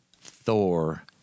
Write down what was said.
Thor